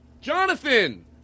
Jonathan